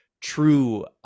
true